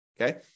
Okay